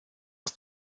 aus